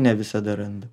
ne visada randa